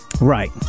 right